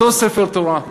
אותו ספר תורה,